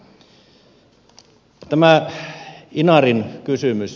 tämä inarin kysymys